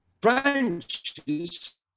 branches